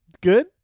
Good